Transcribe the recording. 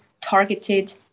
targeted